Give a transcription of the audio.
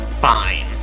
fine